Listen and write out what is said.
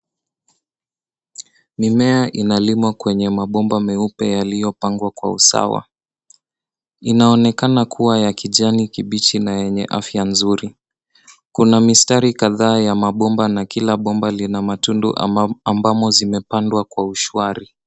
Mimea inalimwa kwenye mabomba meupe yaliyopangwa kwa usawa. Inaonekana kuwa ya kijani kibichi na yenye afya nzuri. Kuna mistari kadhaa ya mabomba na kila bomba lina matundu ambamo zimepandwa kwa ushwari.